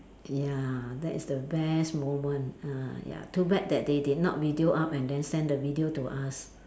ya that is the best moment ah ya too bad that they did not video up and then send the video to us